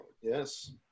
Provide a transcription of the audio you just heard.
Yes